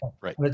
right